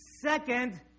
second